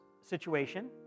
situation